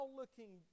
looking